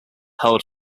held